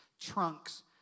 trunks